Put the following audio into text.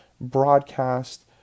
broadcast